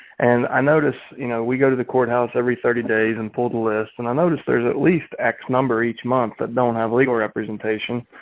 and i noticed, you know, we go to the courthouse every thirty days and pull the list and i noticed there's at least x number each month that don't have legal representation.